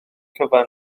cyfan